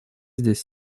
здесь